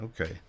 Okay